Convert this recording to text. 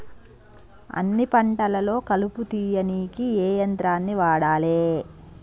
అన్ని పంటలలో కలుపు తీయనీకి ఏ యంత్రాన్ని వాడాలే?